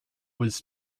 was